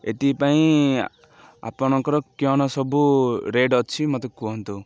ଏଥିପାଇଁ ଆପଣଙ୍କର କିଅଣ ସବୁ ରେଟ୍ ଅଛି ମୋତେ କୁହନ୍ତୁ